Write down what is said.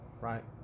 Right